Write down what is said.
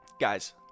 Guys